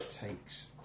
Takes